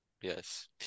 Yes